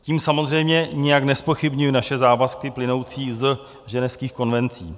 Tím samozřejmě nijak nezpochybňuji naše závazky plynoucí ze Ženevských konvencí.